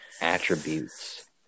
attributes